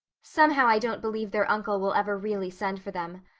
somehow i don't believe their uncle will ever really send for them.